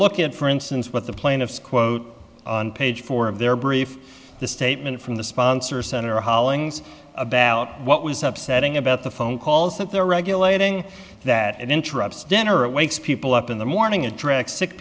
look at for instance what the plaintiffs quote on page four of their brief statement from the sponsor senator hollings about what was upset ing about the phone calls that they're regulating that interrupts dinner it wakes people up in the morning adric sick